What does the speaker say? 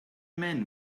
men